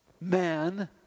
man